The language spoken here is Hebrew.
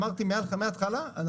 אמרתי מהתחלה.